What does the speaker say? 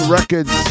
Records